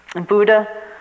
Buddha